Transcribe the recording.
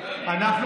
חברים,